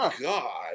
God